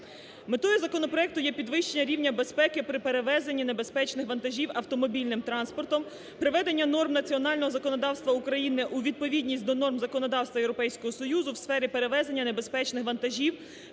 Метою законопроекту є підвищення рівня безпеки при перевезенні небезпечних вантажів автомобільним транспортом, приведення норм національного законодавства України у відповідність до норм законодавства Європейського Союзу у сфері перевезення небезпечних вантажів